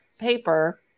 paper